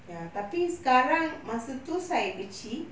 ya tapi sekarang masa itu saya kecil